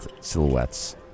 silhouettes